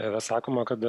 yra sakoma kad